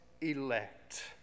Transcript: elect